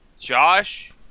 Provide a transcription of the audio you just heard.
Josh